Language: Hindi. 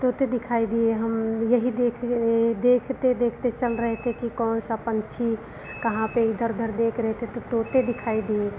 तोते दिखाई दिए हम यही देख कर ए देखते देखते चल रहे थे कि कौन सा पंछी कहाँ पर इधर उधर देख रहे थे तो तोते दिखाई दिए